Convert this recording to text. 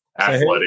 Athletic